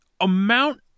amount